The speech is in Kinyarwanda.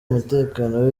umutekano